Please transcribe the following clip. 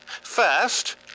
First